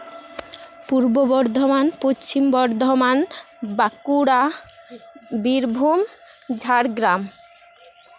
Purba Bardhaman Paschim Bardhaman Bankura Birbhum Jhargram